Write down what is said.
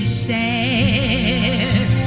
sad